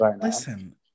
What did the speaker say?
listen